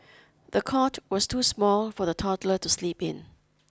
the cot was too small for the toddler to sleep in